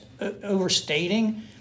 overstating